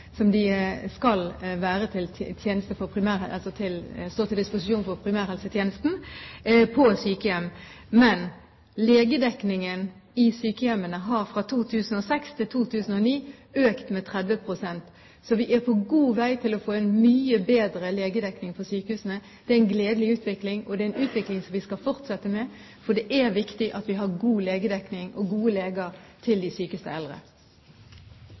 skal stå til disposisjon for primærhelsetjenesten på sykehjemmene. Legedekningen i sykehjemmene har fra 2006 til 2009 økt med 30 pst. Så vi er på god vei til å få en mye bedre legedekning i sykehjemmene. Det er en gledelig utvikling, og det er en utvikling vi skal fortsette med. For det er viktig at vi har god legedekning og gode leger til de sykeste eldre.